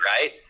right